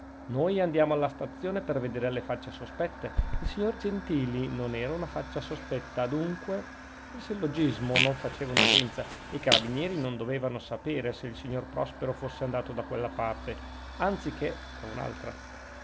noi andiamo alla stazione per vedere le facce sospette il signor gentili non era una faccia sospetta dunque il sillogismo non faceva una grinza e i carabinieri non dovevano sapere se il signor prospero fosse andato da quella parte anzi che da un'altra